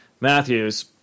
matthews